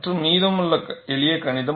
மற்றும் மீதமுள்ள எளிய கணிதம்